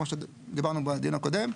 כמו שדיברנו בדיון הקודם,